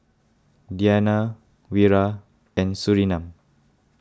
Diyana Wira and Surinam